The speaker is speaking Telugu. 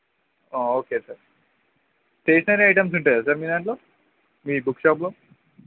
ఓకే సార్ స్టేషనరీ ఐటమ్స్ ఉంటాయా సార్ మీ దాంట్లో మీ బుక్ షాప్లో